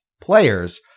players